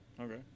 Okay